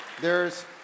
there's-